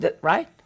Right